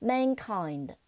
Mankind